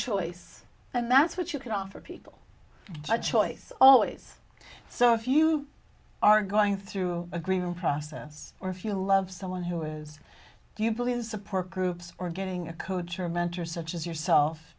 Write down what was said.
choice and that's what you can offer people a choice always so if you are going through a grieving process or if you love someone who is do you believe in support groups or getting a coach or mentor such as yourself